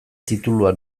titulua